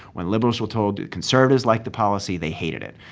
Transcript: when liberals were told conservatives liked the policy, they hated it.